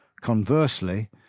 Conversely